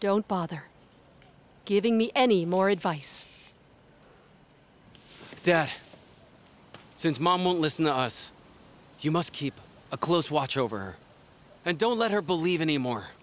don't bother giving me any more advice since mom won't listen to us you must keep a close watch over her and don't let her believe any more